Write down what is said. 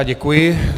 Děkuji.